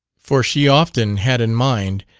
for she often had in mind,